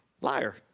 liar